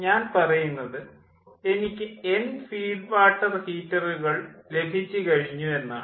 ഞാൻ പറയുന്നത് എനിക്ക് എൻ ഫീഡ് വാട്ടർ ഹീറ്ററുകൾ ലഭിച്ചു കഴിഞ്ഞു എന്നാണ്